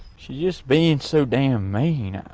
she's just being so damn mean. ah